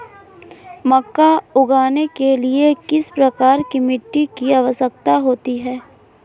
मक्का उगाने के लिए किस प्रकार की मिट्टी की आवश्यकता होती है?